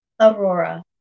Aurora